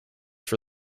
for